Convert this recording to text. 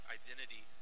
identity